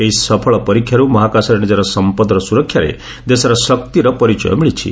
ଏହି ସପଳ ପରୀକ୍ଷାର୍ ମହାକାଶରେ ନିଜର ସମ୍ପଦର ସୁରକ୍ଷାରେ ଦେଶର ଶକ୍ତିର ପରିଚୟ ମିଳିଛି